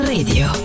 Radio